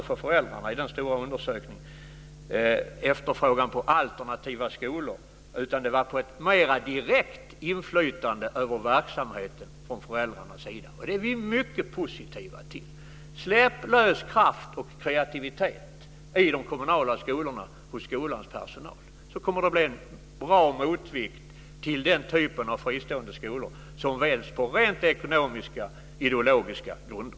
I den stora undersökningen var inte efterfrågan på alternativa skolor avgörande för föräldrarna, utan det handlade om ett mera direkt inflytande över verksamheten från föräldrarnas sida. Det är vi mycket positiva till. Släpp loss kraft och kreativitet i de kommunala skolorna hos skolans personal, så kommer det att bli en bra motvikt till den typen av fristående skolor som väljs på rent ekonomiska och ideologiska grunder.